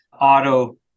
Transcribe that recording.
auto